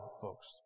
folks